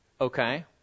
Okay